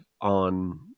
on